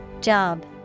Job